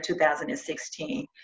2016